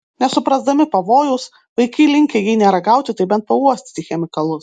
nesuprasdami pavojaus vaikai linkę jei ne ragauti tai bent pauostyti chemikalus